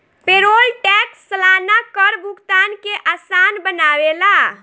payroll tax सलाना कर भुगतान के आसान बनावेला